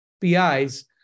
PIs